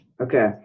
Okay